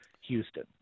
Houston